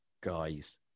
guys